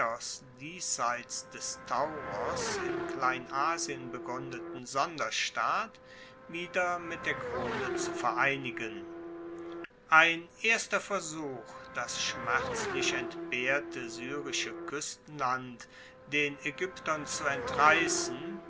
diesseits des tauros in kleinasien begruendeten sonderstaat wieder mit der krone zu vereinigen ein erster versuch das schmerzlich entbehrte syrische kuestenland den aegyptern zu entreissen